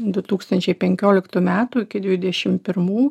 du tūkskstančiai penkioliktų metų iki dvidešim pirmų